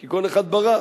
כי כל אחד ברח,